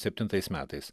septintais metais